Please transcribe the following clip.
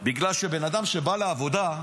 בגלל שבן אדם שבא לעבודה,